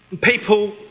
People